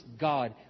God